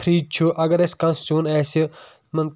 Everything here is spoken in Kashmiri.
فرِج چھُ اَگر أسۍ کانٛہہ سیُن آسہِ مطلب